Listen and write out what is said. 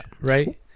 Right